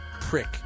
prick